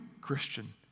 Christian